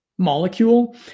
molecule